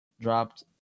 dropped